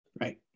Right